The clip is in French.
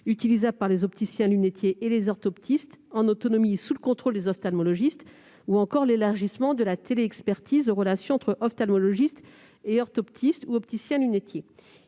utilisables par les opticiens-lunetiers et les orthoptistes en autonomie, sous le contrôle des ophtalmologistes, et l'élargissement de la téléexpertise aux relations entre ophtalmologistes et orthoptistes ou opticiens-lunetiers.